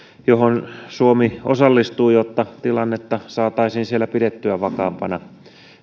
johon suomi osallistuu jotta tilannetta saataisiin siellä pidettyä vakaampana